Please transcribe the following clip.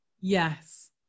Yes